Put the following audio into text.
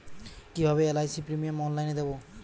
কিভাবে LIC premium অনলাইনে দেবো?